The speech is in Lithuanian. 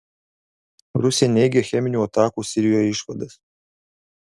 rusija neigia cheminių atakų sirijoje išvadas